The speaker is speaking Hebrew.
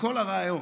בכל הרעיון.